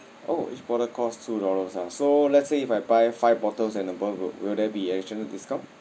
oh each bottle costs two dollars ah so let's say if I buy five bottles and above will will there be additional discount